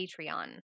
Patreon